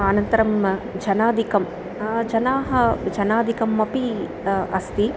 अनन्तरं जनादिकं जनाः जनादिकम् अपि अस्ति